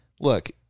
Look